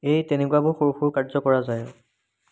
এই তেনেকুৱাবোৰ সৰু সৰু কাৰ্য কৰা যায় আৰু